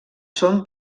són